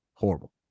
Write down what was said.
horrible